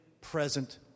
present